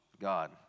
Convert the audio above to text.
God